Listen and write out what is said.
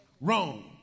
wrong